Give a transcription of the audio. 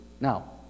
Now